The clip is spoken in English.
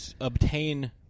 obtain